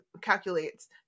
calculates